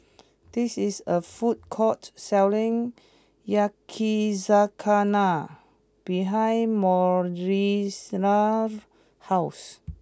this is a food court selling Yakizakana behind Moira Sena's house